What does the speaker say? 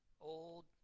old